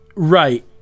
right